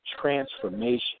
transformation